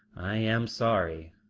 i am sorry.